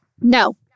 No